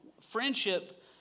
friendship